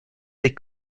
les